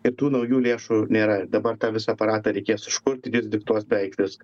ir tų naujų lėšų nėra ir dabar tą visą aparatą reikės užkurt ir jis diktuos beveik viską